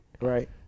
Right